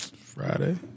Friday